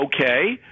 Okay